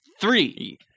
Three